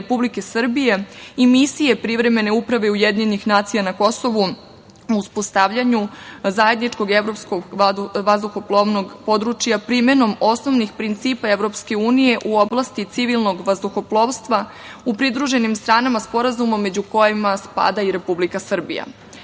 Republike Srbije i Misije privremene uprave UN na Kosovu o uspostavljanju zajedničkog evropskog vazduhoplovnog područja, primenom osnovnih principa EU u oblasti civilnog vazduhoplovstva u pridruženim stranama Sporazuma među kojima spada i Republika Srbija. Osnovni